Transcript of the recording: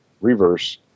Reverse